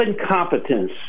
incompetence